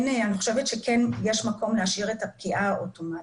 אני חושבת שכן יש מקום להשאיר את הפקיעה אוטומטית.